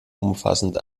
umfassend